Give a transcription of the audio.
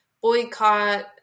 boycott